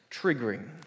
triggering